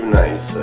nice